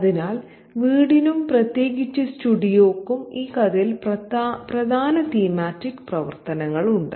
അതിനാൽ വീടിനും പ്രത്യേകിച്ച് സ്റ്റുഡിയോയ്ക്കും ഈ കഥയിൽ പ്രധാന തീമാറ്റിക് പ്രവർത്തനങ്ങൾ ഉണ്ട്